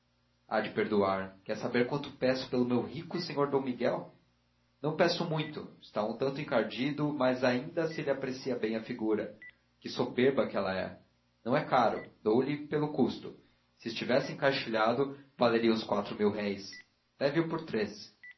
há de perdoar quer saber quanto peço pelo meu rico senhor d miguel não peço muito está um tanto encardido mas ainda se lhe aprecia bem a figura que soberba que ela é não é caro dou-lhe pelo custo se estivesse encaixilhado valeria uns quatro mil-réis leve o por três